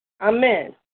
Amen